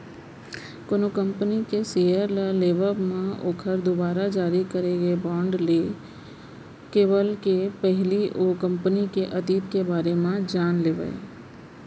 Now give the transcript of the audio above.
कोनो कंपनी के सेयर ल लेवब म ओखर दुवारा जारी करे गे बांड के लेवब के पहिली ओ कंपनी के अतीत के बारे म जान लेवय